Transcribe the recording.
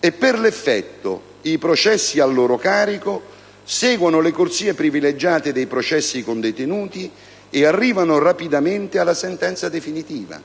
e, per l'effetto, i processi a loro carico seguono le corsie privilegiate dei processi con detenuti ed arrivano rapidamente alla sentenza definitiva